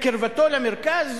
"קרבתו למרכז",